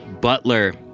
Butler